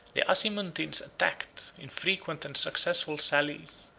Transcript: the azimuntines attacked, in frequent and successful sallies,